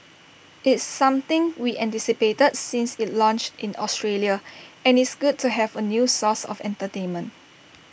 it's something we anticipated since IT launched in Australia and it's good to have A new source of entertainment